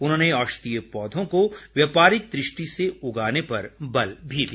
उन्होंने औषधीय पौधों को व्यापारिक दृष्टि से उगाने पर बल दिया